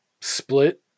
split